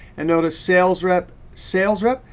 and notice sales rep, sales rep,